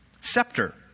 Scepter